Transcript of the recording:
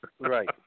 Right